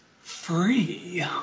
Free